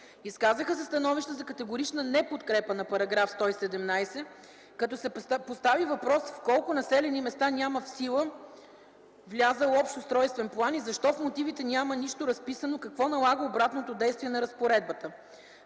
Изказаха се становища за категорична неподкрепа на § 117, като се постави въпрос в колко населени места няма влязъл в сила общ устройствен план и защо в мотивите няма нищо разписано какво налага обратното действие на разпоредбата.